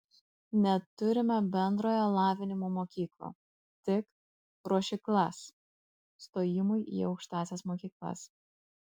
neturime bendrojo lavinimo mokyklų tik ruošyklas stojimui į aukštąsias mokyklas